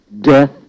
death